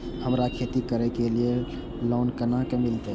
हमरा खेती करे के लिए लोन केना मिलते?